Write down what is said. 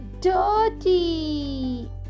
dirty